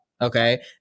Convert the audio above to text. okay